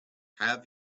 have